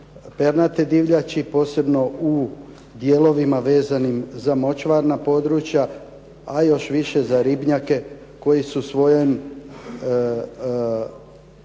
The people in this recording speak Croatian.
pernate divljači, posebno u dijelovima vezanim za močvarna područja, a još više za ribnjake koji su svojim